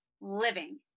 living